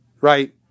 Right